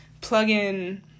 plug-in